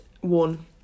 one